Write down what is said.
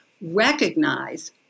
recognize